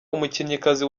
umukinnyikazi